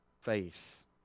face